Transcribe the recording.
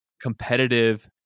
competitive